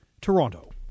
Toronto